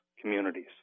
communities